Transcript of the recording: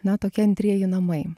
na tokie antrieji namai